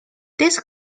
this